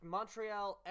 Montreal